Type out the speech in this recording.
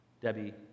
Debbie